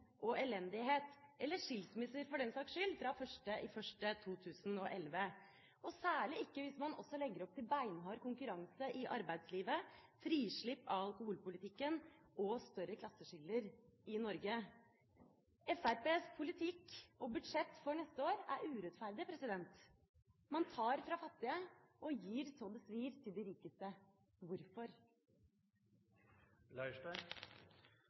og elendighet, eller skilsmisser for den saks skyld, fra 1. januar 2011, og særlig ikke hvis man også legger opp til beinhard konkurranse i arbeidslivet, frislipp i alkoholpolitikken og større klasseskiller i Norge. Fremskrittspartiets politikk og budsjett for neste år er urettferdig. Man tar fra fattige og gir så det svir til de rikeste.